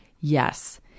yes